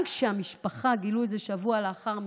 כשהמשפחה גילתה את זה שבוע לאחר מכן,